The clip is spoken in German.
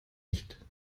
nicht